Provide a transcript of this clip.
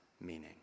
meaning